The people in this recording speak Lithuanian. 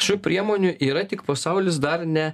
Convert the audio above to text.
šių priemonių yra tik pasaulis dar ne